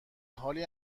حالی